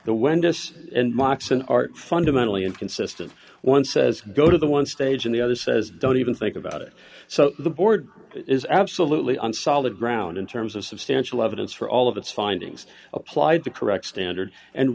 moxon are fundamentally inconsistent one says go to the one stage and the other says don't even think about it so the board is absolutely on solid ground in terms of substantial evidence for all of its findings applied the correct standard and